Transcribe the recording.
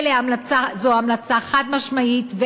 זו המלצה חד-משמעית,